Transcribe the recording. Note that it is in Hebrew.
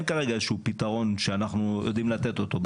אין כרגע פתרון שאנחנו יודעים לתת אותו.